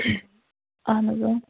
اَہَن حظ